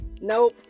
Nope